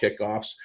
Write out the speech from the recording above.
kickoffs